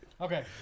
Okay